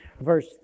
verse